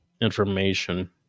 information